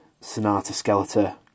Sonata-Skeletor